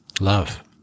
love